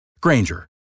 Granger